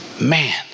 Man